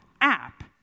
app